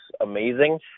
amazing